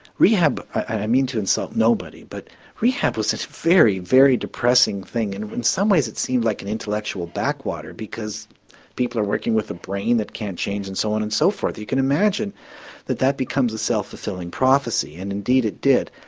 rehab and i mean to insult nobody, but rehab was a very, very depressing thing and in some ways it seemed like an intellectual backwater because people are working with a brain that can't change and so on and so forth. you can imagine that that becomes a self fulfilling prophecy and indeed it did.